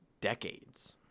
decades